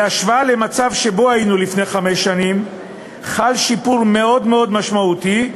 בהשוואה למצב שבו היינו לפני חמש שנים חל שיפור מאוד מאוד משמעותי,